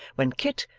when kit,